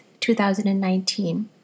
2019